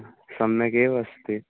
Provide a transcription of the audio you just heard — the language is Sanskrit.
सम्यगेव अस्ति